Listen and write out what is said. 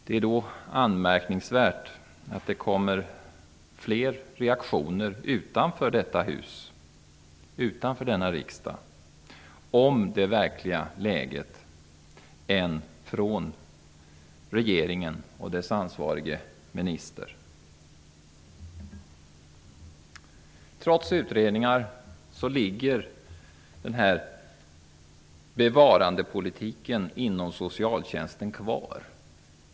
Det är då anmärkningsvärt att det kommer fler reaktioner utanför denna riksdag om det verkliga läget än från regeringen och den på detta område ansvarige ministern. Trots utredningar är bevarandepolitiken inom socialtjänsten kvar.